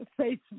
Facebook